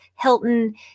Hilton